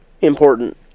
important